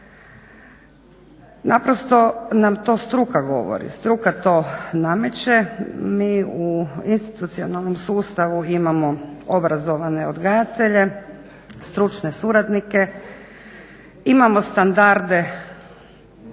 Naprosto nam struka to govori, struka to nameće. Mi u institucionalnom sustavu imamo obrazovane odgajatelje, stručne suradnike, imamo standarde